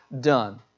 done